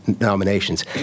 nominations